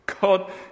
God